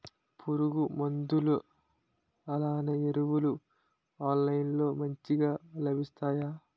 పురుగు మందులు అలానే ఎరువులు ఆన్లైన్ లో మంచిగా లభిస్తాయ?